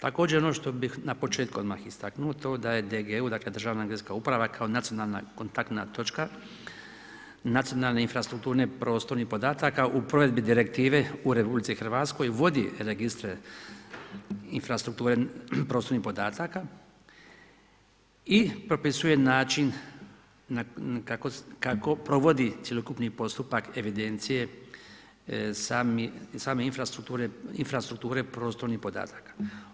Također ono što bih na početku odmah istaknuto, je to da je DGU, dakle Državna geodetska uprava kao nacionalna kontaktna točka nacionalne infrastrukture prostornih podataka u provedbi direktive u Republici Hrvatskoj vodi registre infrastrukture prostornih podataka i propisuje način kako provodi cjelokupni postupak evidencije same infrastrukture prostornih podataka.